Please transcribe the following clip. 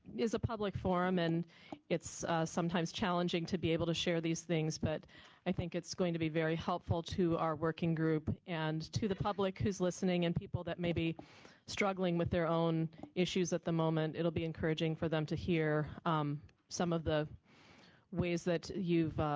is a public forum and it's sometimes challenging to be able to share these things, but i think it's going to be very helpful to our working group and to the public who's listening and people that may be struggling with their own issues at the moment, it will be encouraging for them to hear some of the ways that you've